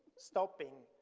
stopping.